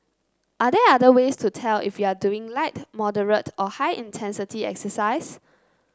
are there other ways to tell if you are doing light moderate or high intensity exercise